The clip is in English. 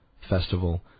Festival